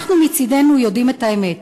אנחנו מצדנו יודעים את האמת,